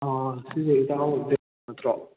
ꯑꯥ ꯁꯤꯁꯦ ꯏꯇꯥꯎ ꯗꯦꯅꯤꯁ ꯅꯠꯇ꯭ꯔꯣ